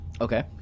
Okay